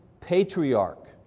patriarch